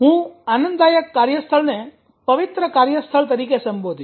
હું આનંદદાયક કાર્યસ્થળ ને પવિત્ર કાર્યસ્થળ તરીકે સંબોધીશ